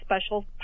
special